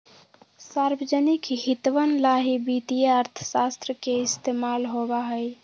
सार्वजनिक हितवन ला ही वित्तीय अर्थशास्त्र के इस्तेमाल होबा हई